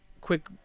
Quick